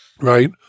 right